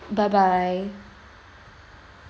bye bye